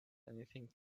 anything